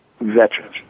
veterans